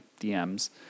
DMs